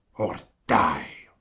or dye